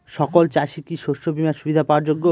সকল চাষি কি শস্য বিমার সুবিধা পাওয়ার যোগ্য?